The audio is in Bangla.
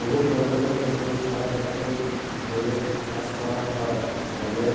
বহুত রকমের ফসল সারা বছর ধ্যরে চাষ ক্যরা হয় যেমল